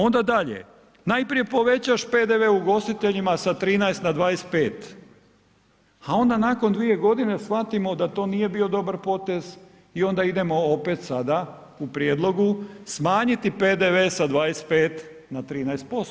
Onda dalje, najprije povećaš PDV ugostiteljima sa 13 na 25, a onda nakon dvije godine shvatimo da to nije bio dobar poteze i onda idemo opet sada u prijedlog smanjiti PDV sa 25 na 13%